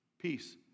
peace